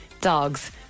dogs